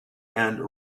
and